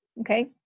Okay